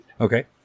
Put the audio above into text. Okay